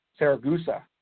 Saragusa